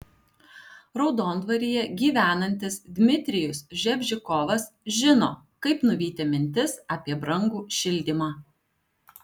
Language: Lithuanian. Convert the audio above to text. raudondvaryje gyvenantis dmitrijus ževžikovas žino kaip nuvyti mintis apie brangų šildymą